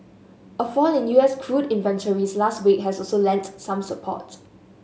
a fall in U S crude inventories last week also lent some support